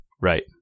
right